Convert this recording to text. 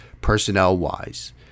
personnel-wise